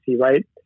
right